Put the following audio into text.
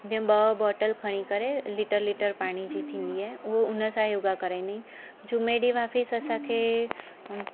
जीअं ॿ बॉटल खणी करे लीटर लीटर पाणी जी थींदी आहे उहो उन सां योगा कराईंदा आहिनि जुमें ॾींहुं वापसि असांखे